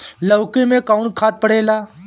लौकी में कौन खाद पड़ेला?